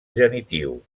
genitiu